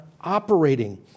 operating